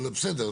אבל בסדר,